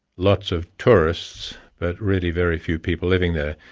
lots of tourists, but really very few people living there.